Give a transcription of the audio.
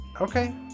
Okay